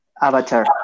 Avatar